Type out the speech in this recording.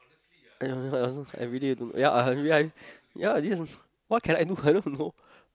uh yeah yeah I also everyday don't know yeah I everyday yeah this what can I do I don't know